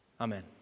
Amen